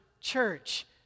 church